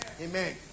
amen